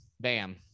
Bam